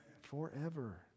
forever